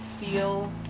Feel